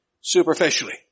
superficially